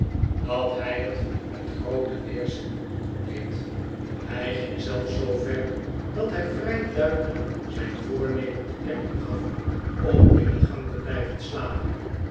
dat hij het met grooten weerzin deed hij ging zelfs zoover dat hij vrij duidelijk zijn voornemen te kennen gaf om in de gang te blijven slapen